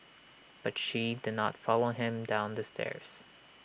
but she did not follow him down the stairs